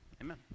amen